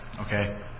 Okay